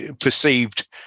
perceived